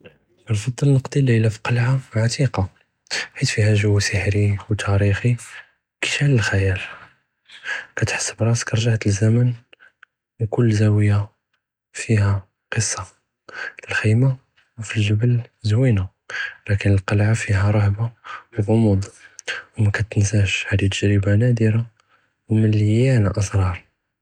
כנפצ׳ל נְקְדִּי לִלְיַאלַה פִּקַלְעַה עְתִיקַה חִית פִיהַא גַ׳ו סִחְרִי וְתַארִיחִי כִּיְשְעְ׳ל לְחִ׳יַאל, כִּתְחַס בְּרַאסֶכּ רְגַ׳עְת לִזְּמַאן וּכֻל זַאוִיָּה פִיהַא קִצַּה, אלְחֵ'ימַה פַלְגְ׳בַּל זוִוִינַה לַכִּן אֶלְקַלְעַה פִיהַא רַהְבַּה וּעְ׳מוּד וּמַא תְנְסַאהַאש האדִי תַגְ׳רִבַּה נַאדְרַה וּמְלִיַאנַה אַסְרַאר.